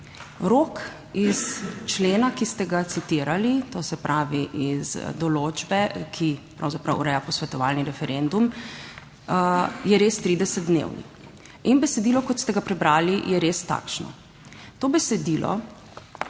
Rok iz člena, ki ste ga citirali, to se pravi iz določbe, ki pravzaprav ureja posvetovalni referendum, je res 30 dnevni in besedilo kot ste ga prebrali, je res takšno. To besedilo